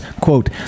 quote